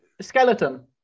Skeleton